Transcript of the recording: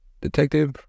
detective